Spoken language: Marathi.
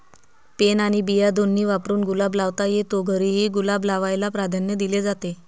पेन आणि बिया दोन्ही वापरून गुलाब लावता येतो, घरीही गुलाब लावायला प्राधान्य दिले जाते